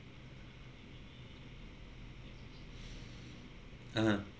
(uh huh)